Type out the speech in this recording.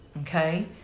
okay